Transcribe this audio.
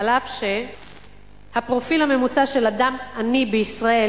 אף שהפרופיל הממוצע של אדם עני בישראל